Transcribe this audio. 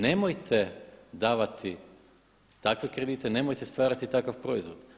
Nemojte davati takve kredite, nemojte stvarati takav proizvod.